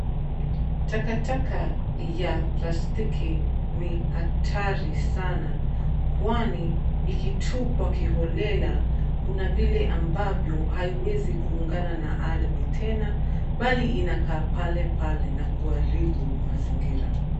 Takataka ya plastiki ni hatari sana kwani ikitupwa kiholela kuna vile ambavyo haiwezi kuungana na ardhi tena bali inakaa pale pale na kuharibu mazingira.